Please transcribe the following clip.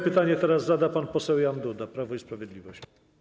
Pytanie teraz zada pan poseł Jan Duda, Prawo i Sprawiedliwość.